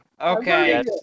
Okay